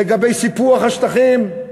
לגבי סיפוח השטחים.